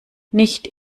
nicht